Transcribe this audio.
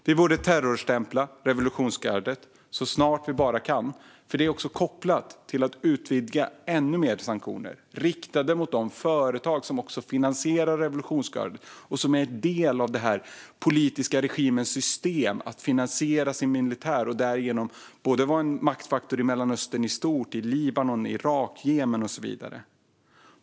Vi borde terrorstämpla revolutionsgardet så snart vi bara kan. Det är också kopplat till att utvidga till ännu mer sanktioner riktade mot de företag som finansierar revolutionsgardet och som är en del i den politiska regimens system för att finansiera sin militär och därigenom vara en maktfaktor även i Mellanöstern i stort - i Libanon, i Irak, i Jemen och så vidare.